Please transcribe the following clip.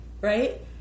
right